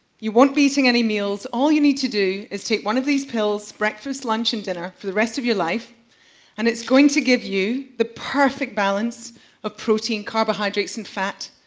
you won't be eating any meals, all you need to do is take one of these pills breakfast, lunch, and dinner for the rest of your life and it's going to give you the perfect balance of protein, carbohydrates, and fat.